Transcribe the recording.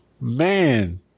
man